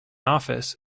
office